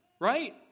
right